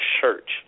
church